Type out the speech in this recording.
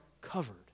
covered